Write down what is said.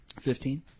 Fifteen